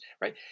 Right